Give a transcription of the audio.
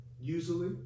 usually